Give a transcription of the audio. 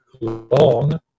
long